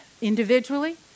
individually